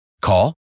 Call